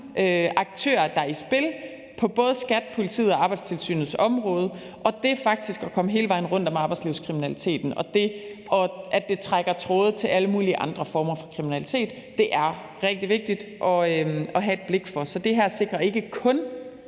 aktører, der i spil på både skattemyndighedernes, politiets og Arbejdstilsynets område. Det faktisk at komme hele vejen rundt om arbejdslivskriminaliteten og det, at det trækker tråde til alle mulige andre former for kriminalitet, er rigtig vigtigt at have et blik for. Så det her sikrer ikke kun,